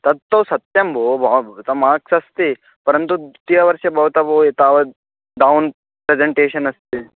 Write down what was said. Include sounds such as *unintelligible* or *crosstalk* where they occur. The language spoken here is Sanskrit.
तत्तु सत्यं भो *unintelligible* मार्क्स् अस्ति परन्तु द्वितीयवर्षे भवतः भो एतावत् डौन् प्रेजेण्टेशन् अस्ति